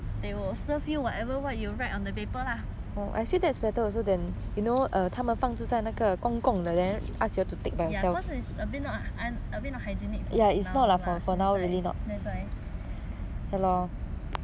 paper lah cause it's a bit not hygienic for now lah 现在 that's why